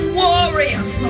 warriors